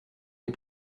les